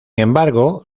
embargo